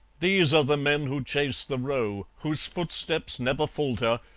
these are the men who chase the roe, whose footsteps never falter,